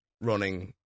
running